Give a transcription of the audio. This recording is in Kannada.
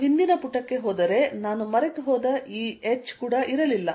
ನಾನು ಹಿಂದಿನ ಪುಟಕ್ಕೆ ಹೋದರೆ ನಾನು ಮರೆತುಹೋದ ಈ h ಕೂಡ ಇರಲಿಲ್ಲ